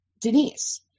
Denise